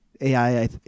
AI